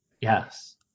Yes